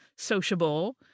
sociable